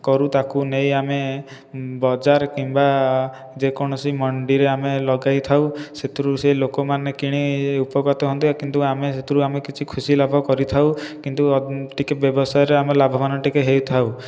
କରୁ ତାକୁ ନେଇ ଆମେ ବଜାର କିମ୍ବା ଯେକୌଣସି ମଣ୍ଡିରେ ଆମେ ଲଗାଇଥାଉ ସେଥିରୁ ସେ ଲୋକମାନେ କିଣି ଉପକୃତ ହୁଅନ୍ତି କିନ୍ତୁ ଆମେ ସେଥିରୁ ଆମେ କିଛି ଖୁସି ଲାଭ କରିଥାଉ କିନ୍ତୁ ଟିକିଏ ବ୍ୟବସାୟରେ ଆମେ ଲାଭବାନ ଟିକିଏ ହୋଇଥାଉ